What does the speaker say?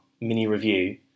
mini-review